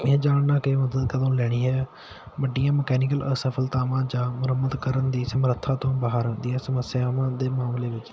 ਇਹ ਜਾਣਨਾ ਕਿ ਮਦਦ ਕਦੋਂ ਲੈਣੀ ਹੈ ਵੱਡੀਆਂ ਮਕੈਨੀਕਲ ਅਸਫਲਤਾਵਾਂ ਜਾਂ ਮੁਰੰਮਤ ਕਰਨ ਦੀ ਸਮਰੱਥਾ ਤੋਂ ਬਾਹਰ ਆਉਂਦੀ ਹੈ ਸਮੱਸਿਆਵਾਂ ਦੇ ਮਾਮਲੇ ਵਿੱਚ